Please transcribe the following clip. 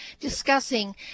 discussing